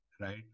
right